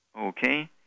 Okay